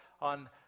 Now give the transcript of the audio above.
on